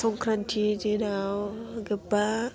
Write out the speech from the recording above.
संक्रान्ति दिनाव गोबां